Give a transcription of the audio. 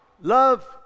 love